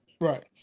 Right